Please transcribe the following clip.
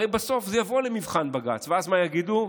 הרי בסוף זה יבוא למבחן בג"ץ, ואז מה יגידו?